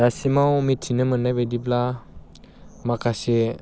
दासिमाव मिथिनो मोननाय बायदिब्ला माखासे